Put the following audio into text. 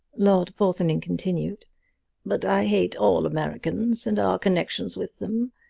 lord porthoning continued but i hate all americans and our connections with them.